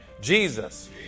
Jesus